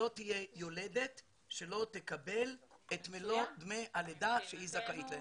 לא תהיה יולדת שלא תקבל את מלוא דמי הלידה שהיא זכאית להם.